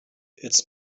its